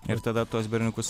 ir tada tuos berniukus